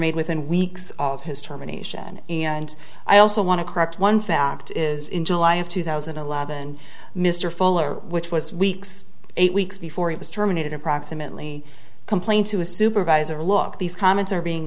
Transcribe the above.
made within weeks of his term in a shed and i also want to correct one fact is in july of two thousand and eleven mr fuller which was weeks eight weeks before he was terminated approximately complain to a supervisor look these comments are being